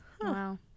Wow